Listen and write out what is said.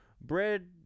bread